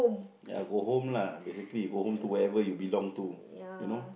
ya go home lah basically go home to wherever you belong to you know